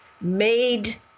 made